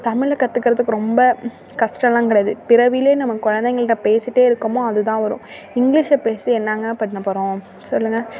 தமிழை கற்றுக்கறதுக்கு ரொம்ப கஷ்டம்லாம் கிடையாது பிறவியிலேயே நம்ம குழந்தைகள்ட பேசிட்டே இருக்கமோ அது தான் வரும் இங்கிலீஷை பேசி என்னங்க பண்ணப்போகிறோம் சொல்லுங்க